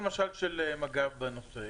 למשל, חלקו של מג"ב בנושא.